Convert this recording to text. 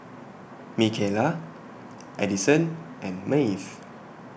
Mikayla Adison and Maeve